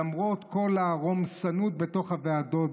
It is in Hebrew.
למרות כל הרומסנות בתוך הוועדות,